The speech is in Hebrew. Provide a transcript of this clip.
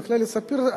ממכללת "ספיר",